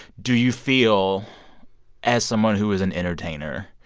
do you feel as someone who is an entertainer,